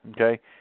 Okay